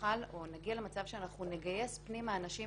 שנוכל או נגיע למצב שנגייס פנימה אנשים